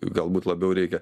galbūt labiau reikia